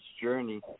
journey